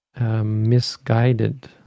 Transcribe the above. misguided